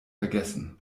vergessen